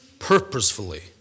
Purposefully